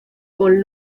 con